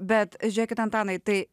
bet žiūrėkit antanai tai